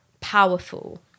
powerful